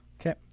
Okay